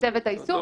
צוות היישום,